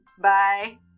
Bye